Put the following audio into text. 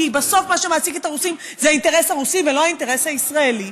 כי בסוף מה שמעסיק את הרוסים זה האינטרס הרוסי ולא האינטרס הישראלי,